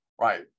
right